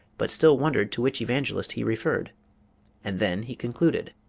but still wondered to which evangelist he referred and then he concluded